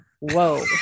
Whoa